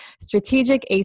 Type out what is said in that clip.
strategic